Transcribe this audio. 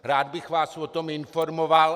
Rád bych vás o tom informoval.